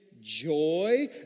joy